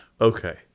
Okay